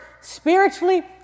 spiritually